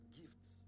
gifts